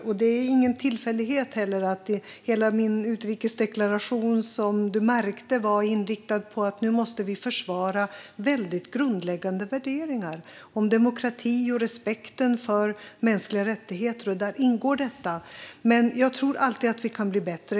Det är heller ingen tillfällighet att hela min utrikesdeklaration, som du märkte, var inriktad på att vi nu måste försvara väldigt grundläggande värderingar om demokrati och respekten för mänskliga rättigheter. Där ingår detta. Jag tror alltid att vi kan bli bättre.